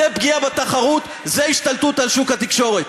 זו פגיעה בתחרות, זו השתלטות על שוק התקשורת.